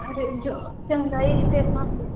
अरे जो जंघई स्टेसन पर